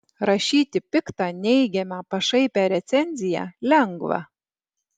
rašyti piktą neigiamą pašaipią recenziją lengva